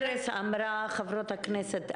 לפני שנכנסת,